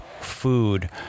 food